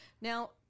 now